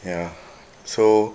ya so